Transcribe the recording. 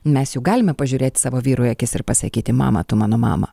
mes juk galime pažiūrėt savo vyrui į akis ir pasakyti mama tu mano mama